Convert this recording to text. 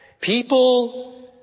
people